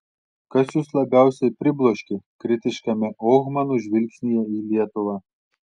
kas jus labiausiai pribloškė kritiškame ohmano žvilgsnyje į lietuvą